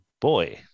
boy